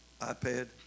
iPad